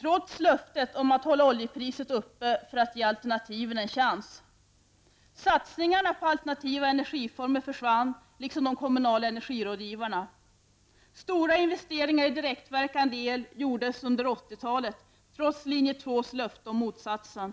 trots löftet om att hålla oljepriset uppe för att ge alternativen en chans. Satsningarna på alternativa energiformer försvann, liksom de kommunala energirådgivarna. Stora investeringar i direktverkande el gjodes under 80-talet, trots linje 2-s löften om motsatsen.